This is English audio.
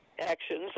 actions